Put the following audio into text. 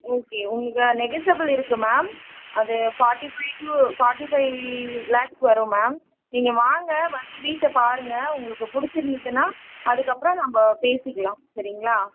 okay உங்களுக்கு negotiable இருக்கு ma'am அது forty five to forty five lakhs வரும் மேம் நீங்கள் வாங்க வந்து வீட்டை பாருங்க உங்களுக்கு பிடிச்சிருந்துதுன்னா அதுக்கப்புறம் நம்ம பேசிக்கலாம் சரிங்களா